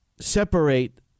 separate